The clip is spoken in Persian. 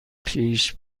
پیش